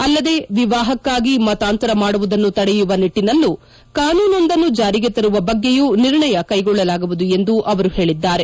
ಅಲ್ಲದೆ ವಿವಾಹಕ್ಕಾಗಿ ಮತಾಂತರ ಮಾಡುವುದನ್ನು ತಡೆಯುವ ನಿಟ್ಲನಲ್ಲೂ ಕಾನೂನೊಂದನ್ನು ಜಾರಿಗೆ ತರುವ ಬಗ್ಗೆಯೂ ನಿರ್ಣಯ ಕ್ಲೆಗೊಳ್ಳಲಾಗುವುದು ಎಂದು ಅವರು ಹೇಳಿದ್ದಾರೆ